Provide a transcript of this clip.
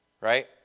right